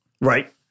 Right